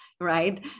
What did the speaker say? right